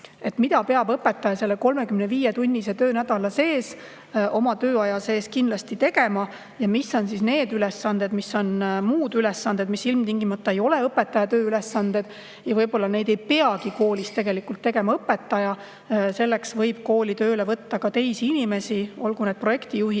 Mida peab õpetaja 35-tunnise töönädala jooksul oma tööaja sees kindlasti tegema ja mis on need ülesanded, mis on muud ülesanded, mis ilmtingimata ei ole õpetaja tööülesanded? Võib-olla neid muid ei peagi koolis tegelikult tegema õpetaja, selleks võib kooli tööle võtta ka teisi inimesi, olgu need projektijuhid